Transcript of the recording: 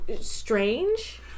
strange